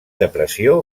depressió